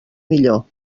millor